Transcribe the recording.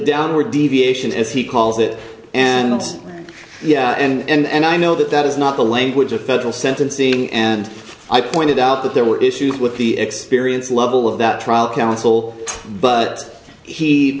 downward deviation as he calls it and yeah and i know that that is not the language of federal sentencing and i pointed out that there were issues with the experience level of that trial counsel but he